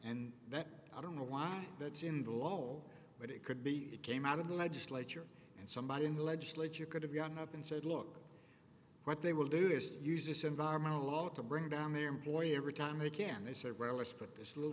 and that i don't know why that's in the low but it could be that came out of the legislature and somebody in the legislature going to be on the up and said look what they will do just uses environmental law to bring down the employer every time they can they say relish put this little